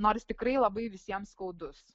nors tikrai labai visiems skaudus